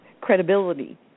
credibility